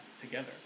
together